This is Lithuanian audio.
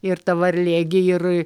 ir ta varlė gi ir